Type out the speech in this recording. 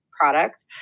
product